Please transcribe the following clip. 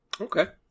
Okay